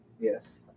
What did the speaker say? Yes